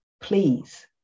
please